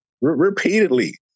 Repeatedly